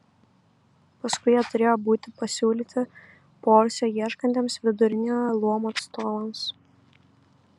paskui jie turėjo būti pasiūlyti poilsio ieškantiems viduriniojo luomo atstovams